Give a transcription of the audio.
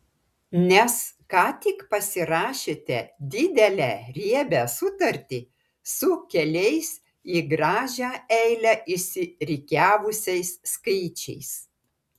nes ką tik pasirašėte didelę riebią sutartį su keliais į gražią eilę išsirikiavusiais skaičiais